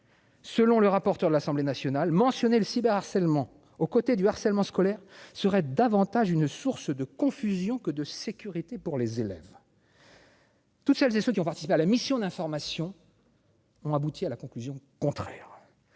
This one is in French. Selon le rapporteur de l'Assemblée nationale mentionné le cyber-harcèlement aux côtés du harcèlement scolaire serait davantage une source de confusion que de sécurité pour les élèves. Toutes celles et ceux qui ont participé à la mission d'information. On aboutit à la conclusion contraire